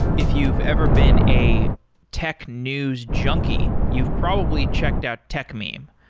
if you've ever been a tech news junkie, you've probably checked out techmeme.